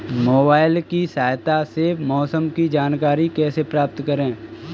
Mobile की सहायता से मौसम की जानकारी कैसे प्राप्त करें?